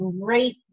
great